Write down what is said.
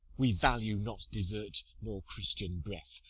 we value not desert nor christian breath,